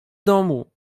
domu